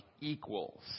equals